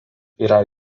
yra